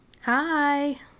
Hi